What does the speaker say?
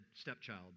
stepchild